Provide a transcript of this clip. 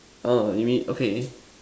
uh you mean okay